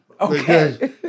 Okay